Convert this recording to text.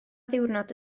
ddiwrnod